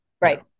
Right